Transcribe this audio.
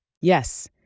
Yes